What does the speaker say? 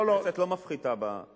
הכנסת לא מפחיתה, .